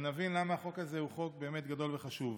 ונבין למה החוק הזה הוא חוק באמת גדול וחשוב.